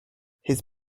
his